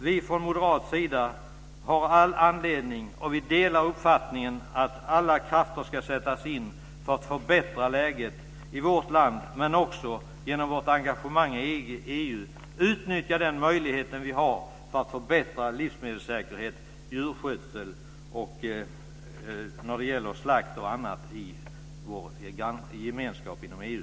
Vi har från moderat sida all anledning att dela uppfattningen att alla krafter ska sättas in för att förbättra läget i vårt land och för att utnyttja möjligheten att genom engagemanget i EU förbättra livsmedelssäkerhet och djurskötsel när det gäller slakt och annat inom EU-gemenskapen.